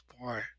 boy